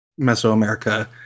Mesoamerica